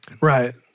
Right